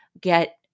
get